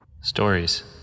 Stories